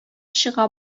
чыга